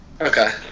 Okay